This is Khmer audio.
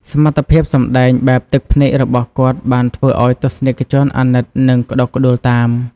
សមត្ថភាពសម្ដែងបែបទឹកភ្នែករបស់គាត់បានធ្វើឱ្យទស្សនិកជនអាណិតនិងក្ដុកក្ដួលតាម។